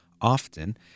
often